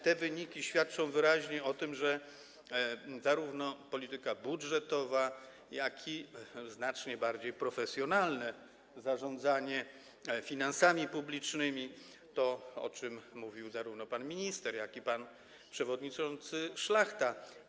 Te wyniki świadczą wyraźnie o tym, że jest zarówno polityka budżetowa, jak i znacznie bardziej profesjonalne zarządzanie finansami publicznymi, o czym mówił zarówno pan minister, jak i pan przewodniczący Szlachta.